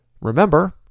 Remember